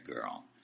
girl